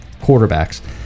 quarterbacks